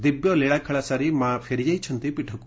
ଦିବ୍ୟ ଲୀଳାଖେଳା ସାରି ମା' ଫେରିଯାଇଛନ୍ତି ପୀଠକୁ